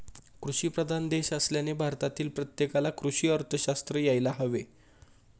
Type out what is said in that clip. कृषीप्रधान देश असल्याने भारतातील प्रत्येकाला कृषी अर्थशास्त्र यायला हवे